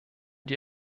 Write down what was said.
die